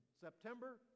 September